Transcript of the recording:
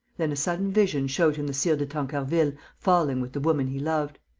then a sudden vision showed him the sire de tancarville falling with the woman he loved.